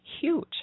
huge